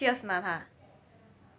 fierce mah ah